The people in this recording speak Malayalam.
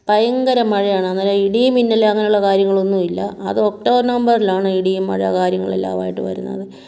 ഭയങ്കര മഴയാണ് അങ്ങനെ ഇടിയും മിന്നലും അങ്ങനെയുള്ള കാര്യങ്ങളോന്നുമില്ല അത് ഒക്ടോബർ നവംബറിലാണ് ഇടിയും മഴ കാര്യങ്ങൾ എല്ലാമായിട്ട് വരുന്നത്